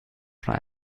schon